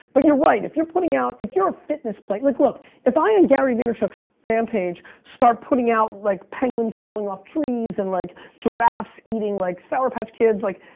but you're right, if you're putting out, if you're a fitness play, like look, if i, in gary vaynerchuk's fan page, start putting out, like, penguins falling off trees and like giraffes eating like sour patch kids, like